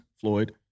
Floyd